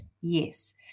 Yes